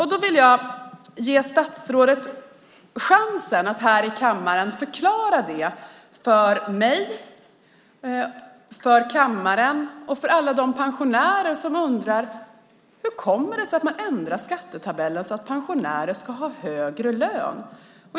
Jag vill ge statsrådet chansen att här i kammaren förklara för mig, för kammaren och för alla de pensionärer som undrar: Hur kommer det sig att man ändrar skattetabeller så att pensionärer ska ha högre skatt?